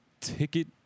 Ticket